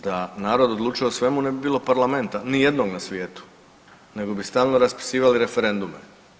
Da narod odlučuje o svemu ne bi bilo parlamenta nijednog na svijetu nego bi stalno raspisivali referendume.